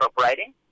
operating